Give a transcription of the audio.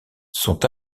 sont